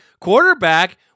quarterback